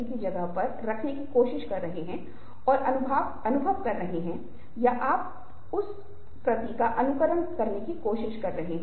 और हमारे पास एक कहानी है कि वह चुप क्यों रहें और प्रभु पूछते हैं यदि कोई आपके शरीर में कोई तीर डालता है तो आप क्या करेंगे